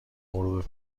غروب